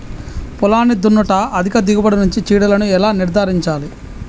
పొలాన్ని దున్నుట అధిక దిగుబడి నుండి చీడలను ఎలా నిర్ధారించాలి?